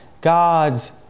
God's